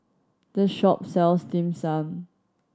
this shop sells Dim Sum